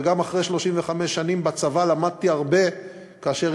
וגם אחרי 35 שנים בצבא למדתי הרבה כאשר